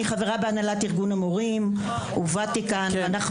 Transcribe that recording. אני חברה בהנהלת ארגון המורים ובאתי לכאן אנחנו